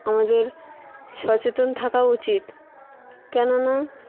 আমাদের সচেতন থাকা উচিত কেননা